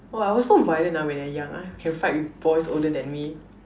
!wah! I was so violent ah when I young ah can fight with boys older than me